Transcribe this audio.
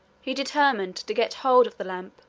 he determined to get hold of the lamp,